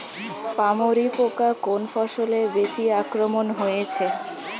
পামরি পোকা কোন ফসলে বেশি আক্রমণ হয়েছে?